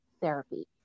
therapy